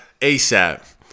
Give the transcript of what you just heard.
ASAP